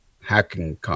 hacking